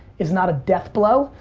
is not a deathblow.